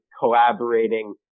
collaborating